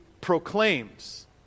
proclaims